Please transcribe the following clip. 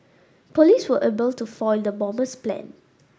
police were able to foil the bomber's plan